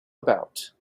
about